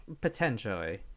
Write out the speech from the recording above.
potentially